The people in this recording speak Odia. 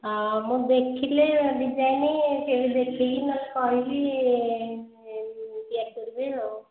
ହଁ ମୁଁ ଦେଖିଲେ ଡିଜାଇନ ଦେଖିକି ନହେଲେ କହିବି ତିଆରି କରିବେ ଆଉ